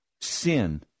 sin